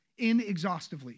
inexhaustively